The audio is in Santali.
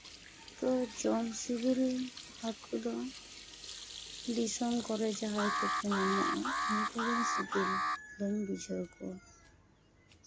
ᱛᱳ ᱡᱚᱢ ᱥᱤᱵᱤᱞ ᱦᱟᱹᱠᱩ ᱫᱚ ᱫᱤᱥᱚᱢ ᱠᱚᱨᱮ ᱡᱟᱦᱟᱸᱭ ᱠᱚᱠᱚ ᱧᱟᱢᱚᱜᱼᱟ ᱩᱱᱠᱩ ᱜᱮ ᱥᱤᱵᱤᱞ ᱫᱚᱧ ᱵᱩᱡᱷᱟᱹᱣ ᱠᱚᱣᱟ